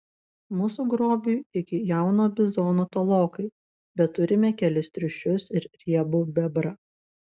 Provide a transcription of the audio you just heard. mūsų grobiui iki jauno bizono tolokai bet turime kelis triušius ir riebų bebrą